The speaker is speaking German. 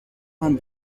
man